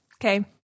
okay